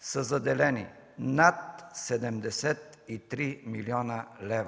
са заделени над 73 млн. лв.